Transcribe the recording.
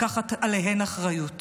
לקחת עליהן אחריות